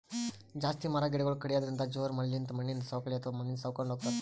ಜಾಸ್ತಿ ಮರ ಗಿಡಗೊಳ್ ಕಡ್ಯದ್ರಿನ್ದ, ಜೋರ್ ಮಳಿಲಿಂತ್ ಮಣ್ಣಿನ್ ಸವಕಳಿ ಅಥವಾ ಮಣ್ಣ್ ಸವಕೊಂಡ್ ಹೊತದ್